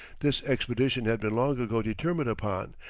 this expedition had been long ago determined upon,